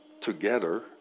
together